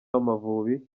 w’amavubi